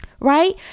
right